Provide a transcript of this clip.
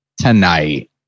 tonight